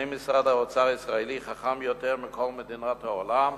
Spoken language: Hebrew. האם משרד האוצר הישראלי חכם יותר מכל מדינות העולם?